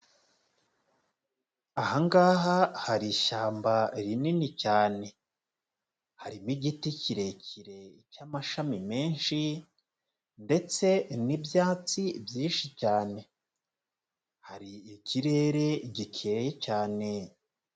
Aha ngaha hari ishyamba rinini cyane, harimo igiti kirekire cy'amashami menshi ndetse n'ibyatsi byinshi cyane, hari ikirere gikeye cyane.